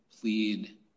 plead